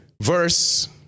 Verse